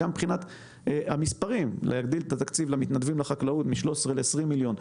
הגדלת התקציב למתנדבים בחקלאות מ-13 מיליונים ל-20 מיליונים.